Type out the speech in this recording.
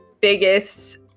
biggest